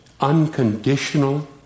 unconditional